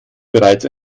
bereits